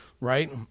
right